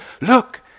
look